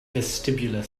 vestibular